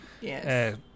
Yes